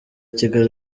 kigali